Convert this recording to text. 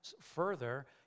further